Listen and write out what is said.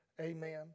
Amen